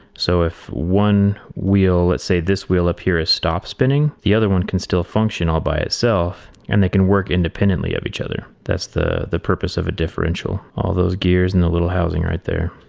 so if one wheel. let's say this wheel up here has stopped spinning, the other one can still function all by itself, and they can work independently of each other. that's the the purpose of a differential, all those gears in the little housing right there.